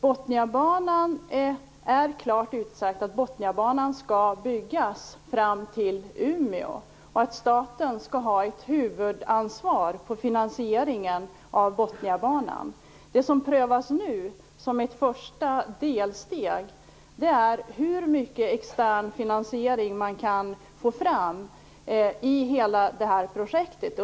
Det är klart utsagt att Botniabanan skall byggas fram till Umeå och att staten skall ha ett huvudansvar när det gäller finansieringen av Botniabanan. Det som prövas nu, som ett första delsteg, är hur mycket extern finansiering man kan få fram för hela det här projektet.